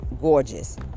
gorgeous